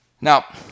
Now